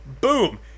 Boom